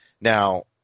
Now